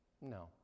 No